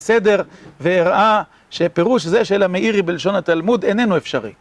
סדר והראה שפירוש זה של המאירי בלשון התלמוד איננו אפשרי